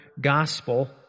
gospel